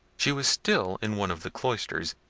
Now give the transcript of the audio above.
she was still in one of the cloisters,